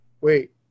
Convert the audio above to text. wait